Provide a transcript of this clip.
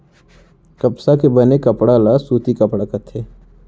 कपसा के बने कपड़ा ल सूती कपड़ा कथें